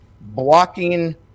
blocking